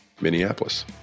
Minneapolis